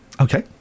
Okay